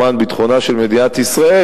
למען ביטחונה של מדינת ישראל,